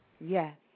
Yes